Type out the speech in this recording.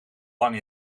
lang